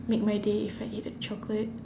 make my day if I ate a chocolate